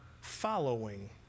following